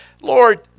Lord